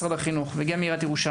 אשמח לבקש גם מהמשרד וגם מעיריית ירושלים